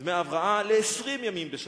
דמי הבראה ל-20 ימים בשנה.